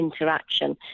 interaction